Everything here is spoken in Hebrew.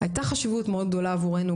הייתה חשיבות מאוד גדולה עבורנו,